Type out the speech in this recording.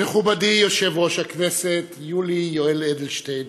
מכובדי יושב-ראש הכנסת יולי יואל אדלשטיין,